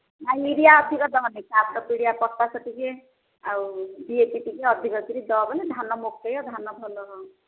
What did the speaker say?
ପିଡ଼ିଆ ଅଧିକ ଦେବନି ଘାଷ ପିଡ଼ିଆ ପଟାଶ ଟିକେ ଆଉ ଟିକେ ଅଧିକ କରି ଦେବ ଧାନ ପକେଇ ଧାନ ଭଲ ହେବ